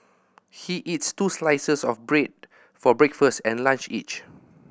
he eats two slices of bread for breakfast and lunch each